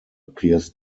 appears